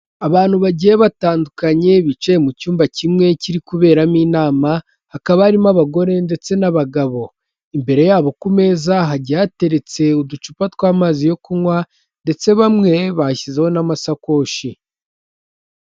Abantu bagiye batandukanye, bicaye mu cyumba kimwe kiri kuberamo inama, hakaba harimo abagore ndetse n'abagabo. Imbere yabo ku meza, hagiye hateretse uducupa tw'amazi yo kunywa, ndetse bamwe bashyizeho n'amasakoshi.